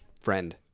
friend